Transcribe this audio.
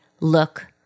look